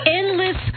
endless